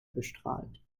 bestrahlt